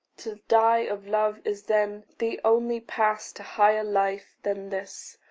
to die of love is then the only pass to higher life than this.